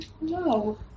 No